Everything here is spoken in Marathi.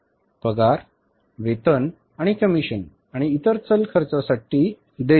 पगार वेतन कमिशन आणि इतर चल खर्चासाठी देय